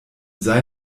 sei